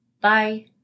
Bye